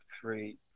three